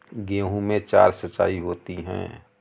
गेहूं में चार सिचाई होती हैं